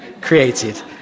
created